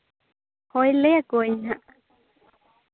ᱦᱳᱭ ᱞᱟᱹᱭ ᱟᱠᱚᱣᱟᱧ ᱦᱟᱸᱜ